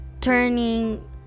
Turning